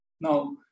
Now